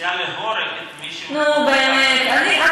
שמוציאה להורג את מי, נו, באמת.